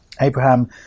Abraham